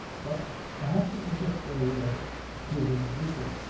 but perhaps he was afraid of appearing brutal.